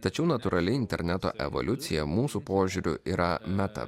tačiau natūrali interneto evoliucija mūsų požiūriu yra meta